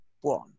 one